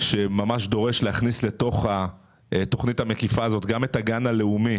שממש דורש להכניס לתוך התוכנית המקיפה הזאת גם הגן הלאומי